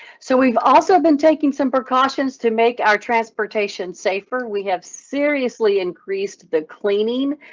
so we've also been taking some precautions to make our transportation safer. we have seriously increased the cleaning,